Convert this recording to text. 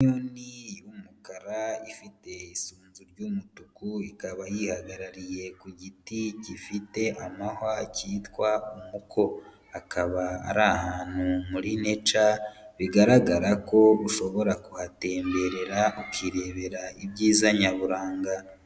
Inyoni y'umukara ifite isunzu ry'umutuku ikaba yihagarariye ku giti gifite amahwa cyitwa umuko. Akaba ari ahantu muri neca, bigaragara ko ushobora kuhatemberera ukirebera ibyiza nyaburanga.